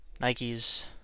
Nike's